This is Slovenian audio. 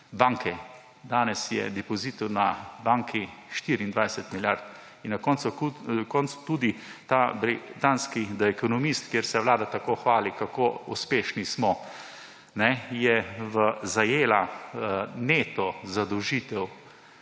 banke, danes je depozitov na banki 24 milijard. Na koncu tudi ta danski ekonomist, ker se Vlada tako hvali, kako uspešni smo, je zajeta neto zadolžitev